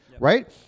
right